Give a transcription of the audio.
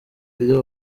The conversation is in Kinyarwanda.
video